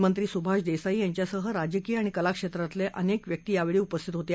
मंत्री सुभाष देसाई यांच्यासह राजकीय आणि कलाक्षेत्रातले अनेक व्यक्ती यावेळी उपस्थित होते